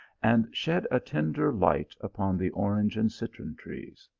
and shed a tender light upon the orange and citron trees.